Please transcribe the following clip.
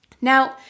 Now